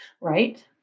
Right